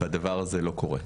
הדבר הזה לא קורה.